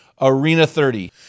ARENA30